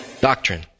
Doctrine